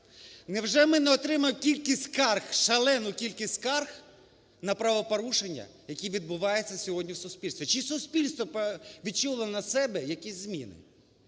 кількість скарг, шалену кількість скарг на правопорушення, які відбуваються сьогодні в суспільстві? Чи суспільство відчуло на собі якісь зміни?